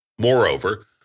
Moreover